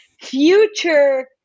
future